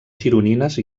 gironines